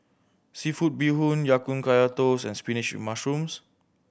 seafood bee hoon Ya Kun Kaya Toast and spinach mushrooms